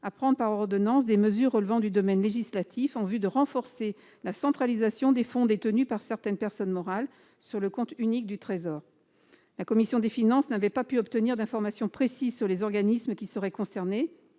à prendre par ordonnances des mesures relevant du domaine législatif en vue de renforcer la centralisation des fonds détenus par certaines personnes morales sur le compte unique du Trésor. La commission des finances n'avait pu obtenir d'informations précises sur les organismes concernés,